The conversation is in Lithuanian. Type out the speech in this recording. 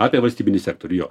apie valstybinį sektorių jo